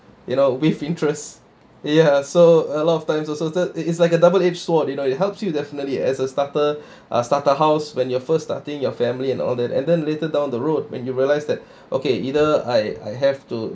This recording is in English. you know with interest ya so a lot of times assorted it's like a double edge sword you know it helps you definitely as a starter uh starter house when you were first starting your family and all that and then later down the road when you realise that okay either I I have to